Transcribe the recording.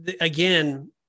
again